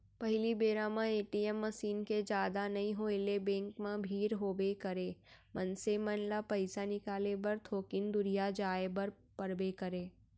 पहिली बेरा म ए.टी.एम मसीन के जादा नइ होय ले बेंक म भीड़ होबे करय, मनसे मन ल पइसा निकाले बर थोकिन दुरिहा जाय बर पड़बे करय